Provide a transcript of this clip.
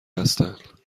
هستند